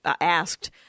asked